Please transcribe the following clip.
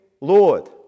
Lord